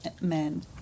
men